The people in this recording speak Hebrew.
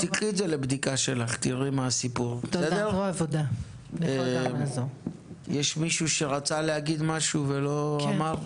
יש מישהו שרצה להגיד משהו ולא אמר?